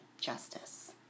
justice